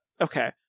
okay